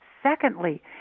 Secondly